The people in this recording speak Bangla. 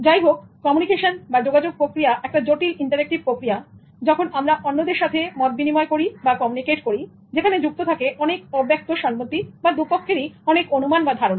যাই হোক কমিউনিকেশন বা যোগাযোগ পক্রিয়া একটা জটিল ইন্টারেক্টিভ প্রক্রিয়াযখন আমরা অন্যদের সাথে মত বিনিময় করি বা কমিউনিকেট করি সেখানে যুক্ত থাকে অনেক অব্যক্ত সন্মতি বা দুপক্ষেরই অনেক অনুমান বা ধারণা